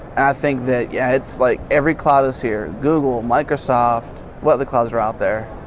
i think that, yeah it's like every cloud is here, google, microsoft, what other clouds are out there?